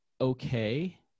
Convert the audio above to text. okay